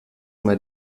mal